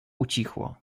ucichło